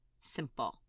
simple